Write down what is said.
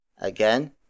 Again